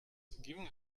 giving